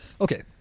Okay